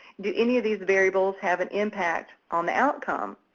do any of these variables have an impact on the outcome?